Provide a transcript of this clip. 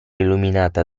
illuminata